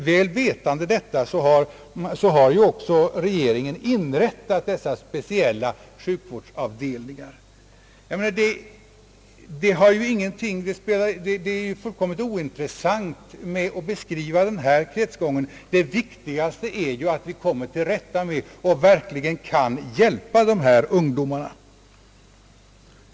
Väl vetande detta har också regeringen inrättat speciella sjukvårdsavdelningar. Det är fullkomligt ointressant att beskriva denna kretsgång, det viktigaste är att komma till rätta med och verkligen hjälpa dessa ungdomar.